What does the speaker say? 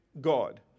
God